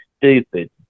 stupid